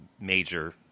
major